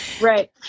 Right